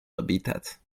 habitat